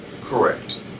Correct